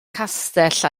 castell